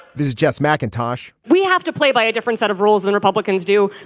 this is jess mcintosh we have to play by a different set of rules than republicans do.